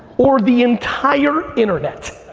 or the entire internet.